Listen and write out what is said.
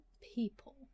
people